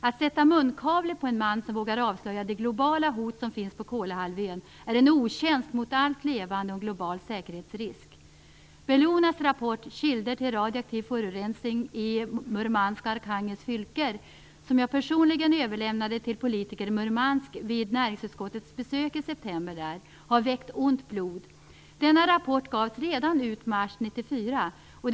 Att sätta munkavle på en man som vågar avslöja de globala hot som finns på Kolahalvön är att göra allt levande en otjänst. Det medför en global säkerhetsrisk. Bellonas rapport Kilder til Radioaktiv Forurensing i Murmansk og Arkhangelsk Fylker som jag personligen överlämnade till politiker i Murmansk under näringsutskottets besök i september har väckt ont blod. Denna rapport gavs ut redan i mars 1994.